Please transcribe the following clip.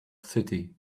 city